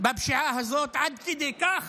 בפשיעה הזאת, עד כדי כך